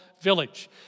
village